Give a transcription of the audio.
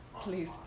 please